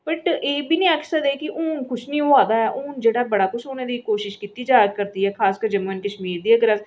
but एह् बी नीं आक्खी सकदे कि हुन कुछ नीं होआ दा हुन बड़ा कुछ होने दी कोशिश कीती जाया करदी दी ऐ खासकर जम्मू कश्मीर दी अगर अस